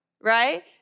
right